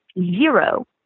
zero